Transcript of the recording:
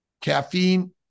caffeine